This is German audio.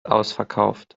ausverkauft